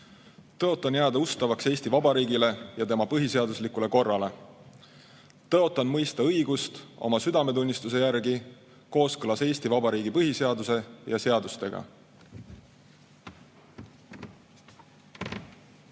Tõotan jääda ustavaks Eesti Vabariigile ja tema põhiseaduslikule korrale. Tõotan mõista õigust oma südametunnistuse järgi kooskõlas Eesti Vabariigi põhiseaduse ja seadustega.